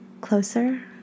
Closer